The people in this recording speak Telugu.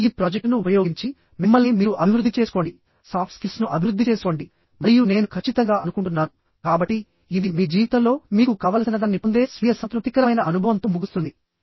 మరియు ఈ ప్రాజెక్టును ఉపయోగించి మిమ్మల్ని మీరు అభివృద్ధి చేసుకోండి సాఫ్ట్ స్కిల్స్ను అభివృద్ధి చేసుకోండి మరియు నేను ఖచ్చితంగా అనుకుంటున్నాను కాబట్టి ఇది మీ జీవితంలో మీకు కావలసినదాన్ని పొందే స్వీయ సంతృప్తికరమైన అనుభవంతో ముగుస్తుంది